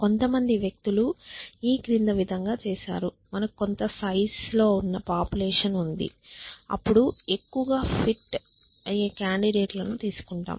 కొంతమంది వ్యక్తులు ఈ క్రింది విధంగా చేసారు మనకు కొంత సైజు లో ఉన్న పాపులేషన్ ఉంది అప్పుడు ఎక్కువగా ఫిట్ కాండిడేట్ లను తీసుకుంటాము